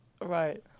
right